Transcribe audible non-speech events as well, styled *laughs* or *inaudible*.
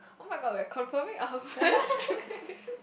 oh-my-god we are confirming our plans through this *laughs*